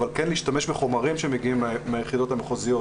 כן להשתמש בחומרים שמגיעים מהיחידות המחוזיות,